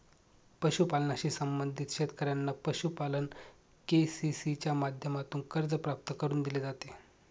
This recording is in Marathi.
पशुपालनाशी संबंधित शेतकऱ्यांना पशुपालन के.सी.सी च्या माध्यमातून कर्ज प्राप्त करून दिले जाते